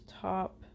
top